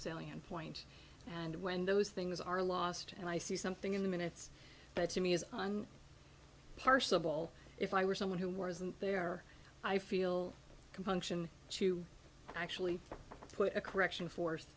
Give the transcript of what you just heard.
salient point and when those things are lost and i see something in the minutes but to me is on parsable if i were someone who wasn't there i feel compunction to actually put a correction for